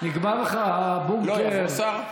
נגמר לך הבונקר, לא יבוא שר?